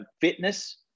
fitness